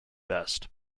best